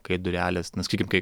kai durelės sakykim kai